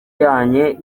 yanjye